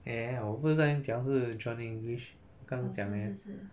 ya ya ya 我不是在那边讲是 johnny english 刚讲而已 eh